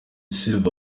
silva